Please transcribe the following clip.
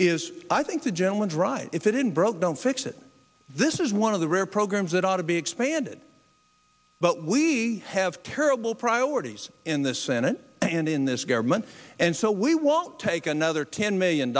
is i think the general drive if it didn't broke don't fix it this is one of the rare programs that ought to be expanded but we have terrible priorities in the senate and in this government and so we want to take another ten million